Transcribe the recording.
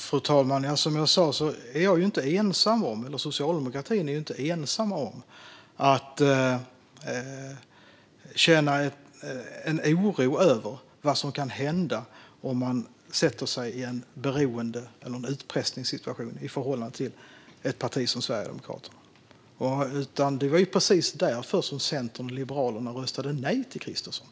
Fru talman! Som jag sa är jag - eller socialdemokratin - inte ensam om att känna en oro över vad som kan hända om man sätter sig i en beroende eller utpressningssituation i förhållande till ett parti som Sverigedemokraterna. Det var precis därför som Centern och Liberalerna röstade nej till Kristersson.